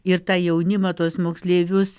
ir tą jaunimą tuos moksleivius